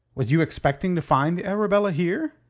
was you expecting to find the arabella here?